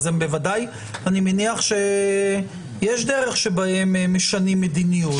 אני מניח שיש דרך בה משנים מדיניות.